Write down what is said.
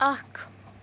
اکھ